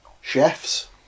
Chefs